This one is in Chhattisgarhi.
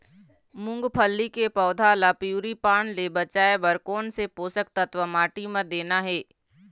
मुंगफली के पौधा ला पिवरी पान ले बचाए बर कोन से पोषक तत्व माटी म देना हे?